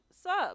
sub